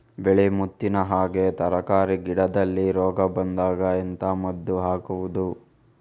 ಬಿಳಿ ಮುತ್ತಿನ ಹಾಗೆ ತರ್ಕಾರಿ ಗಿಡದಲ್ಲಿ ರೋಗ ಬಂದಾಗ ಎಂತ ಮದ್ದು ಹಾಕುವುದು?